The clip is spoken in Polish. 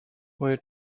moje